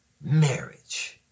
marriage